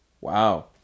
Wow